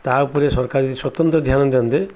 ତା ଉପରେ ସରକାର ଯଦି ସ୍ୱତନ୍ତ୍ର ଧ୍ୟାନ ଦିଅନ୍ତେ